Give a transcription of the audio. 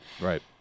Right